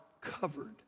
covered